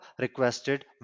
requested